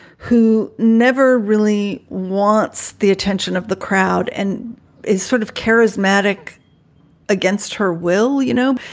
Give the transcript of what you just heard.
who never really wants the attention of the crowd and it's sort of charismatic against her will, you know?